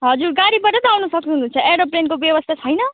हजुर गाडीबाट त आउन सक्नुहुन्छ एरोप्लेनको व्यवस्ता छैन